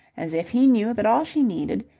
as if he knew that all she needed,